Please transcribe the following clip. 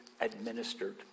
administered